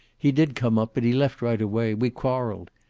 he did come up, but he left right away. we quarreled.